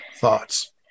thoughts